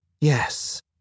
Yes